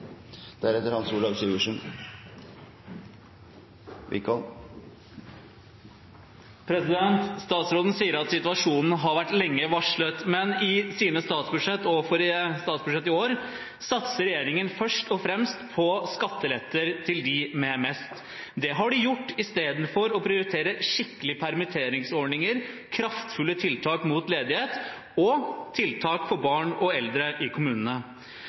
Statsråden sier at situasjonen har vært lenge varslet, men i sine statsbudsjett og i statsbudsjettet for i år satser regjeringen først og fremst på skatteletter til dem med mest. Det har de gjort istedenfor å prioritere skikkelige permitteringsordninger, kraftfulle tiltak mot ledighet og tiltak for barn og eldre i kommunene.